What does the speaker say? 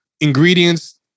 ingredients